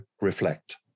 reflect